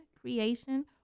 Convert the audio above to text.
creation